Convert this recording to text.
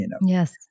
Yes